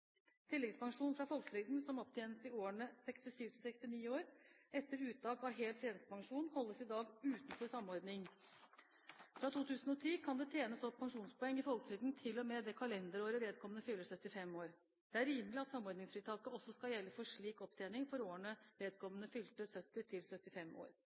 Tilleggspensjon fra folketrygden som opptjenes i årene 67–69 etter uttak av hel tjenestepensjon, holdes i dag utenfor samordning. Fra 2010 kan det tjenes opp pensjonspoeng i folketrygden til og med det kalenderåret vedkommende fyller 75 år. Det er rimelig at samordningsfritaket også skal gjelde for slik opptjening for årene vedkommende fylte 70 til 75 år.